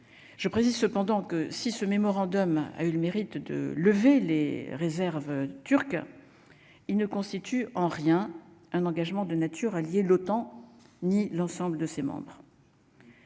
je précise cependant que si ce mémorandum a eu le mérite de lever les réserves turc, il ne constitue en rien un engagement de nature alliés de l'OTAN, ni l'ensemble de ses membres.